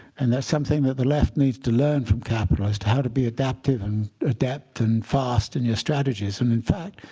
and that's something that the left needs to learn from capitalists how to be adaptive and adept and fast in your strategies. and in fact,